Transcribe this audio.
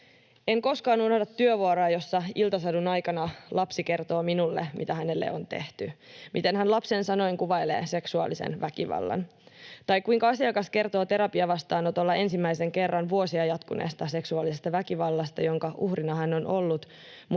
En koskaan unohda työvuoroa, jossa iltasadun aikana lapsi kertoo minulle, mitä hänelle on tehty, miten hän lapsen sanoin kuvailee seksuaalisen väkivallan, tai kuinka asiakas kertoo terapiavastaanotolla ensimmäisen kerran vuosia jatkuneesta seksuaalisesta väkivallasta, jonka uhrina hän on ollut